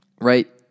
right